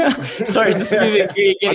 Sorry